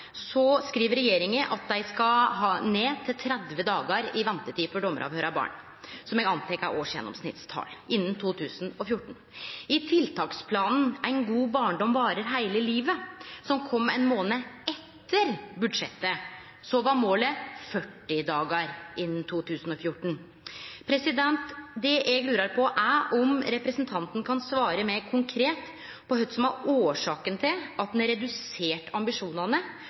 skriv regjeringa at dei skal ned til 30 dagar i ventetid for dommaravhøyr av barn, som eg trur er årsgjennomsnittstal, innan 2014. I tiltaksplanen «En god barndom varer livet ut», som kom ein månad etter budsjettet, var målet 40 dagar innan 2014. Det eg lurar på, er om representanten kan svare meg konkret på kva som er årsaka til at ein har redusert ambisjonane